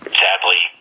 sadly